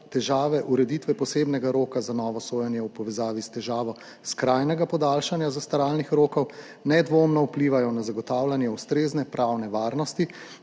težave ureditve posebnega roka za novo sojenje v povezavi s težavo skrajnega podaljšanja zastaralnih rokov nedvomno vplivajo na zagotavljanje ustrezne pravne varnosti,